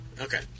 Okay